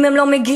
אם הם לא מגיעים,